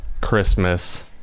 Christmas